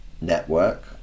network